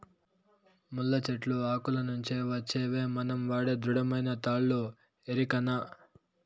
ముళ్ళ చెట్లు ఆకుల నుంచి వచ్చేవే మనం వాడే దృఢమైన తాళ్ళు ఎరికనా